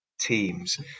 teams